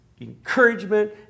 encouragement